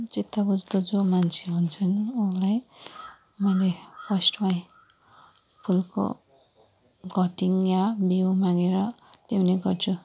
चित्त बुझ्दो जो मान्छे हुन्छन् उसलाई मैले फर्स्टमै फुलको कटिङ या बिउ मागेर ल्याउने गर्छु